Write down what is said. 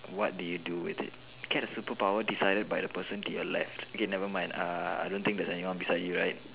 what did you do with it get a new superpower decided by the person to your left okay never mind uh I don't think there is any one beside you right